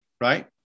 right